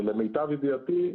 למיטב ידיעתי,